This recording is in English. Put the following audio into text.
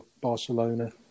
Barcelona